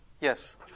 Yes